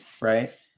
Right